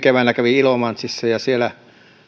keväänä kävin ilomantsissa ja kun siellä